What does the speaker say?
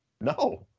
no